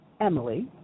Emily